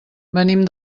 venim